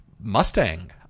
Mustang